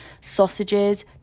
sausages